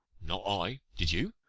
not i did you?